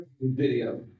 video